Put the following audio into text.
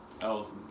else